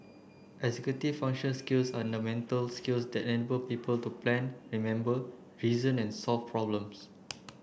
executive function skills are the mental skills that enable people to plan remember reason and solve problems